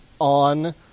on